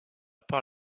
par